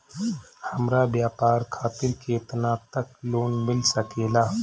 हमरा व्यापार खातिर केतना तक लोन मिल सकेला?